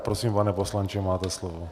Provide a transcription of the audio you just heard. Prosím, pane poslanče, máte slovo.